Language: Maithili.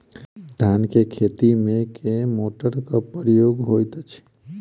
धान केँ खेती मे केँ मोटरक प्रयोग होइत अछि?